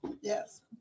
yes